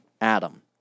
Adam